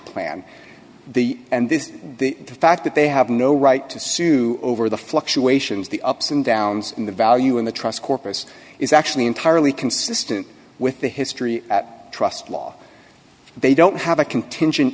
plan the and this the fact that they have no right to sue over the fluctuations the ups and downs in the value in the trust corpus is actually entirely consistent with the history trust law they don't have a contingent